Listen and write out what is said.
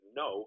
no